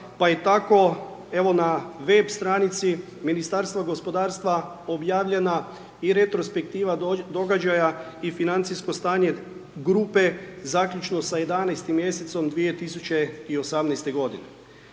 pa je tako ovo na web stranici Ministarstva gospodarstva objavljena i retrospektiva događaja i financijsko stanje grupe zaključno sa 11. mj. 2018. g.